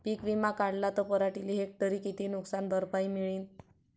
पीक विमा काढला त पराटीले हेक्टरी किती नुकसान भरपाई मिळीनं?